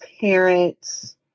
parents